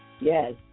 Yes